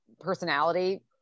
personality